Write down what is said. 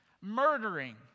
murdering